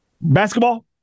Basketball